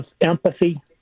empathy